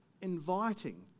inviting